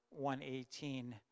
118